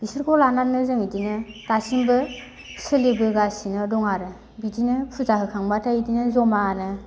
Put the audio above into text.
बेसोरखौ लानानैनो जों इदिनो दासिमबो सोलिबोगासिनो दं आरो बिदिनो फुजा होखांब्लाथाय इदिनो जमानो